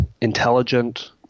intelligent